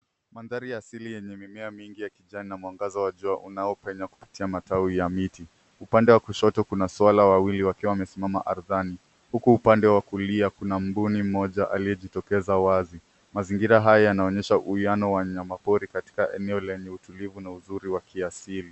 Mandhari ya asili yenye mimea mingi ya kijani na mwangaza wa jua unaopenya kupitia matawi ya miti. Upande wa kushoto kuna swara wawili wakiwa wamesimama ardhini huku upande wa kulia kuna mbuni mmoja aliyejitokeza wazi. Mazingira haya yanaonyesha uwiano wa wanyamapori katika eneo lenye utulivu na uzuri wa kiasili.